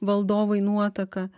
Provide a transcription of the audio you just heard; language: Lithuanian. valdovui nuotaką